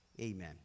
amen